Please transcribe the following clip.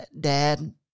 Dad